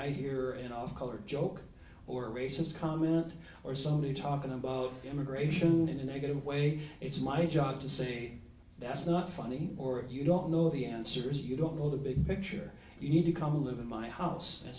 i hear an off color joke or a racist comment or somebody talking about immigration in a negative way it's my job to city that's not funny or if you don't know the answers you don't know the big picture you need to come live in my house and